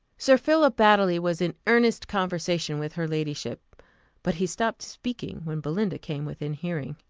sir philip baddely was in earnest conversation with her ladyship but he stopped speaking when belinda came within hearing,